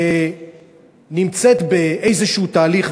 שנמצאת באיזה תהליך,